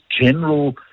general